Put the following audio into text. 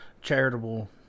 charitable